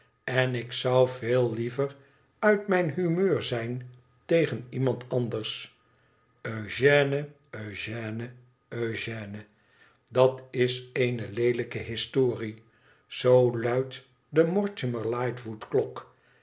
en ik zou veel liever uit mijn humeur zijn tegen iemand anders ugène ëugène ëugène dat is eene leelijke historie zoo luidt de mortimer lightwood klok